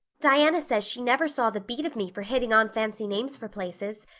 diana says she never saw the beat of me for hitting on fancy names for places.